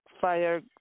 fire